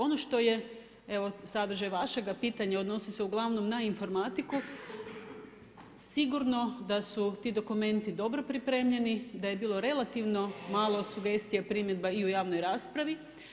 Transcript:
Ono što je, evo, sadržaj vašega pitanja odnosi se uglavnom na informatiku, sigurno da su ti dokumenti dobro pripremljeni, da je bilo relativno malo sugestija, primjedba i u javnoj raspravi.